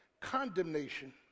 condemnation